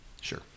Sure